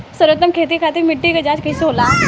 सर्वोत्तम खेती खातिर मिट्टी के जाँच कइसे होला?